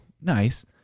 nice